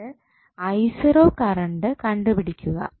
എന്നിട്ട് കറണ്ട് കണ്ടുപിടിക്കുക